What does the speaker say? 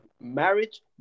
Marriage